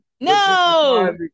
No